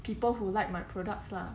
people who like my products lah